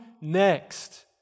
Next